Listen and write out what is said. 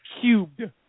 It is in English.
cubed